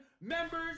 members